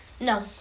No